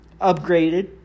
upgraded